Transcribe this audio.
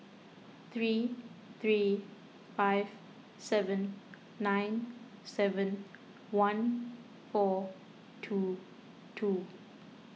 three three five seven nine seven one four two two